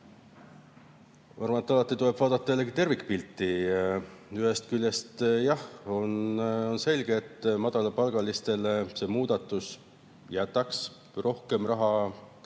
arvan, et alati tuleb vaadata tervikpilti. Ühest küljest, jah, on selge, et madalapalgalistele see muudatus jätaks rohkem raha